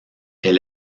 est